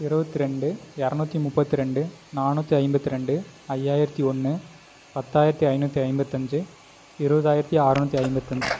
இருபத்தி ரெண்டு இரநூத்தி முப்பத்து ரெண்டு நானூற்றி ஐம்பத்து ரெண்டு ஐயாயிரத்து ஒன்று பத்தாயிரத்து ஐநூற்றி ஐம்பத்தஞ்சு இருபதாயிரத்தி ஆறநூற்றி ஐம்பத்தஞ்சு